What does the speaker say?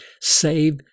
save